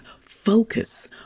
focus